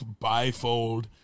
bifold